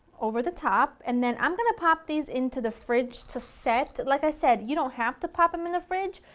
over the top. and then i'm going to pop these into the fridge to set like i said you don't have to pop them in the fridge,